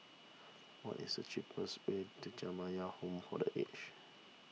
what is the cheapest way to Jamiyah Home for the aged